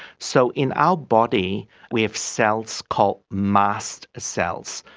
so in our body we have cells called mast cells.